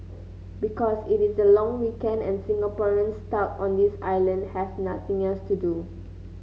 because it is the long weekend and Singaporeans stuck on this island have nothing else to do